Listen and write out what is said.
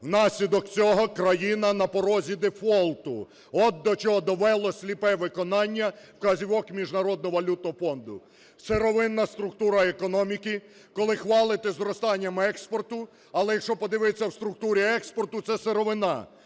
внаслідок цього країна на порозі дефолту. От до чого довело сліпе виконання вказівок Міжнародного валютного фонду. Сировинна структура економіки. Коли хвалитесь зростанням експорту, але якщо подивитися в структурі експорту, це сировина.